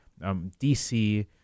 DC